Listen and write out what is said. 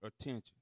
attention